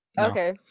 okay